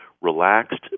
relaxed